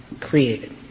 created